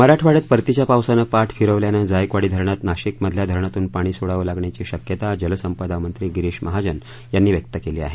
मराठवाड्यात परतीच्या पावसानं पाठ फिरवल्यानं जायकवाडी धरणात नाशिकमधल्या धरणातून पाणी सोडावं लागण्याची शक्यता जलसंपदा मंत्री गिरीश महाजन यांनी व्यक्त केली आहे